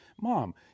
mom